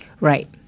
Right